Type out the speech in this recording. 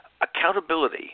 Accountability